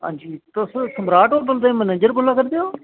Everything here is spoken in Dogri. आं जी तुस सम्राट होटल दे मैनेजर बोला करदे ओ